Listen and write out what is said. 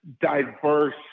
diverse